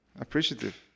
appreciative